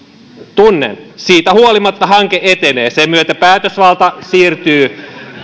tunnen siitä huolimatta hanke etenee sen myötä päätösvalta siirtyy